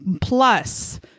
plus